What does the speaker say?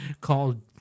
called